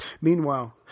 Meanwhile